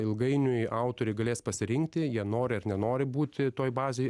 ilgainiui autoriai galės pasirinkti jie nori ar nenori būti toj bazėj